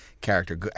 character